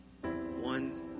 one